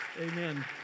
Amen